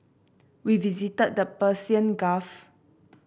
we visited the Persian Gulf